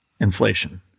Inflation